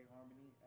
Harmony